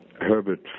Herbert